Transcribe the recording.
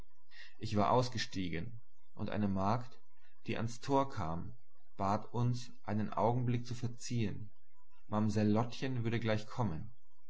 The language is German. ich war ausgestiegen und eine magd die ans tor kam bat uns einen augenblick zu verziehen mamsell lottchen würde gleich kommen